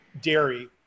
dairy